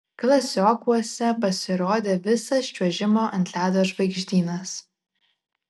klasiokuose pasirodė visas čiuožimo ant ledo žvaigždynas